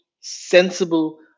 sensible